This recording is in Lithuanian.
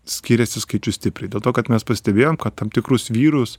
skiriasi skaičius stipriai dėl to kad mes pastebėjom kad tam tikrus vyrus